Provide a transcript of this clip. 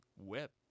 whip